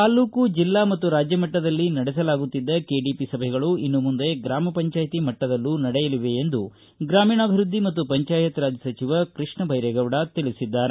ತಾಲ್ಲೂಕು ಜಿಲ್ಲಾ ಮತ್ತು ರಾಜ್ಯ ಮಟ್ಟದಲ್ಲಿ ನಡೆಸಲಾಗುತ್ತಿದ್ದ ಕೆಡಿಪಿ ಸಭೆಗಳು ಇನ್ನು ಮುಂದೆ ಗ್ರಾಮ ಪಂಚಾಯತ್ ಮಟ್ಟದಲ್ಲೂ ನಡೆಯಲಿವೆ ಎಂದು ಗ್ರಾಮೀಣಾಭಿವೃದ್ದಿ ಮತ್ತು ಪಂಚಾಯತ್ ರಾಜ್ ಸಚಿವ ಕೃಷ್ಣ ಬ್ಬೆರೇಗೌಡ ತಿಳಿಸಿದ್ದಾರೆ